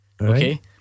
okay